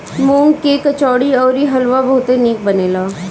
मूंग के कचौड़ी अउरी हलुआ बहुते निक बनेला